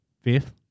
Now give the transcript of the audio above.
Fifth